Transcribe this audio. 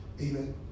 Amen